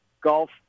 golf